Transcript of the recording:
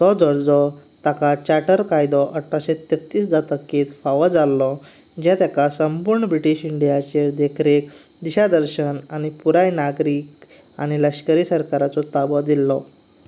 तो दर्जो ताका चार्टर कायदो अठराशे तेत्तीस जातकीर फावो जालो जंय ताका संपूर्ण ब्रिटिश इंडियाचेर देखरेख दिशादर्शन आनी पुराय नागरी आनी लश्करी सरकाराचो ताबो दिलो